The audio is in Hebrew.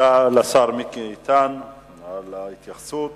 תודה לשר מיקי איתן על ההתייחסות.